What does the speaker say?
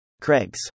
Craig's